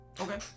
okay